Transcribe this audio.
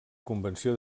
convenció